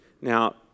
Now